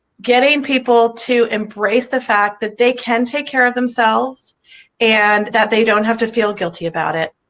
getting people to embrace the fact that they can take care of themselves and that they don't have to feel guilty about it.